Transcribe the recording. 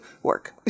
work